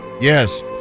Yes